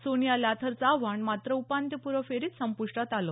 सोनिया लॅथरचं आव्हान मात्र उपांत्यपूर्व फेरीत संप्रष्टात आलं